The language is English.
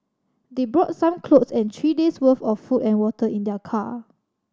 they brought some clothes and three days' worth of food and water in their car